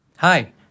Hi